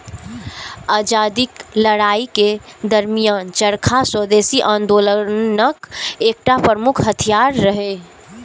आजादीक लड़ाइ के दरमियान चरखा स्वदेशी आंदोलनक एकटा प्रमुख हथियार रहै